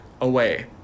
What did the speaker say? away